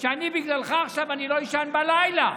שאני בגללך עכשיו לא אישן בלילה?